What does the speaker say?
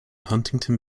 huntington